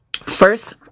first